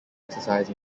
exercise